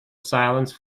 silence